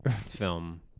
film